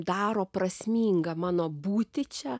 daro prasmingą mano būtį čia